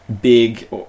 big